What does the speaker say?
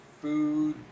food